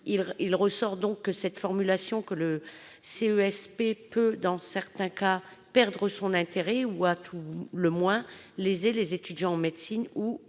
Il ressort donc de cette formulation que le CESP peut, dans certains cas, perdre de son intérêt ou, à tout le moins, léser les étudiants en médecine ou